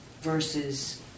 Versus